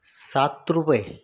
सात रूपये